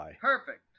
Perfect